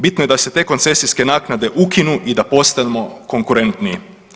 Bitno da se te koncesijske naknade ukinu i da postanemo konkurentniji.